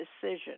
decision